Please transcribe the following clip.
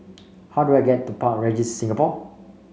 how do I get to Park Regis Singapore